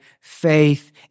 faith